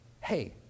hey